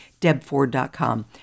debford.com